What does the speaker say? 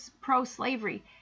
pro-slavery